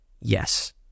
yes